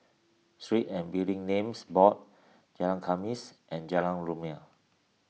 Street and Building Names Board Jalan Khamis and Jalan Rumia